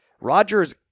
Rodgers